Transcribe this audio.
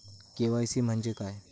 KYC म्हणजे काय?